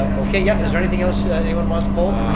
okay, yeah. is there anything else anyone wants pulled?